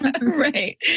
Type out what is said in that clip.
Right